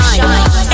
Shine